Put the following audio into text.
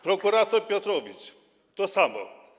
Prokurator Piotrowicz tak samo.